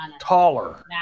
taller